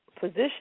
position